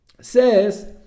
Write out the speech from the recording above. says